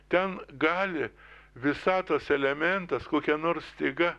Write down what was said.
ten gali visatos elementas kokia nors styga